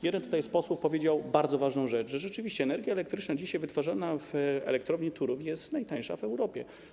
Jeden z posłów powiedział bardzo ważną rzecz, taką, że rzeczywiście energia elektryczna dzisiaj wytwarzana w Elektrowni Turów jest najtańsza w Europie.